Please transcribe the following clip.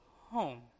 home